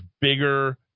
bigger